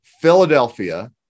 Philadelphia